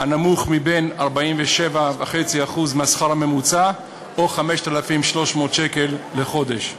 הנמוך מ-47.5% מהשכר הממוצע או 5,300 שקל לחודש.